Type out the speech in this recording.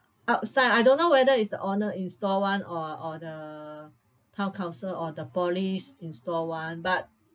outside I don't know whether is the owner install [one] or or the town council or the police install [one] but